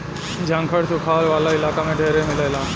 झंखाड़ सुखार वाला इलाका में ढेरे मिलेला